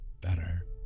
better